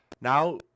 now